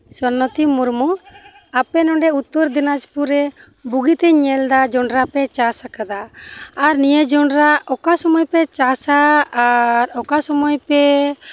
ᱪᱚᱞᱚᱛᱤ ᱢᱩᱨᱢᱩ ᱟᱯᱮ ᱱᱚᱰᱮ ᱩᱛᱛᱚᱨ ᱫᱤᱱᱟᱡᱯᱩᱨᱮ ᱵᱩᱜᱤᱛᱮᱧ ᱧᱮᱞ ᱮᱫᱟ ᱡᱚᱸᱰᱨᱟ ᱯᱮ ᱪᱟᱥ ᱟᱠᱟᱫᱟ ᱟᱨ ᱱᱤᱭᱟᱹ ᱡᱚᱸᱰᱨᱟ ᱚᱠᱟ ᱥᱚᱢᱚᱭ ᱯᱮ ᱪᱟᱥᱟ ᱟᱨ ᱚᱠᱟ ᱥᱚᱢᱚᱭ ᱯᱮ